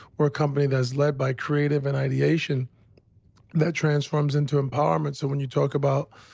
we're a company that's led by creative and ideation that transforms into empowerment. so when you talk about,